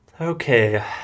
Okay